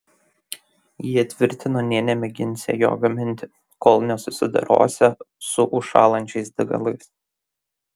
jie tvirtino nė nemėginsią jo gaminti kol nesusidorosią su užšąlančiais degalais